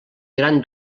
gran